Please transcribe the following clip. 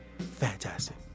fantastic